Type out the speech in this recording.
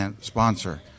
sponsor